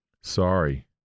Sorry